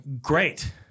Great